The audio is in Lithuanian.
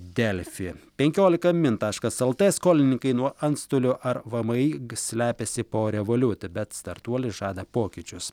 delfi penkiolika min taškas lt skolininkai nuo antstolio ar vmi slepiasi po revoliut bet startuolis žada pokyčius